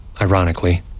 ironically